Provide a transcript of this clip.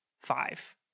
five